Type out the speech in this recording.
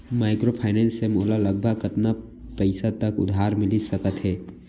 Microfinance से मोला लगभग कतना पइसा तक उधार मिलिस सकत हे?